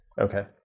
Okay